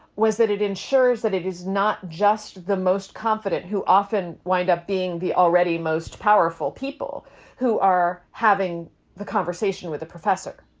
was that it ensures that it is not just the most confident who often wind up being the already most powerful people who are having the conversation with the professor.